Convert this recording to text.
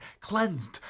cleansed